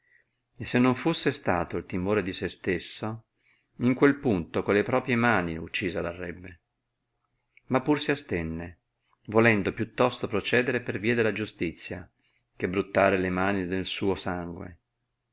e se non fusse stato il timore di se stesso in quel punto con le propie mani uccisa arrebbe ma pur si astenne volendo più tosto procedere per via della giustizia che bruttare le mani nel suo sangue